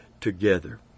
together